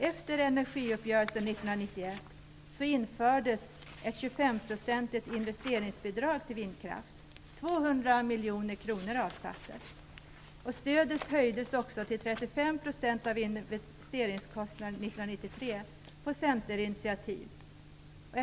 Efter energiuppgörelsen 1991 infördes ett 25-procentigt investeringsbidrag till vindkraft, och 200 miljoner kronor avsattes. Stödet höjdes också 1993 på initiativ från Centern till 35 % av investeringskostnaden.